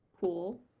cool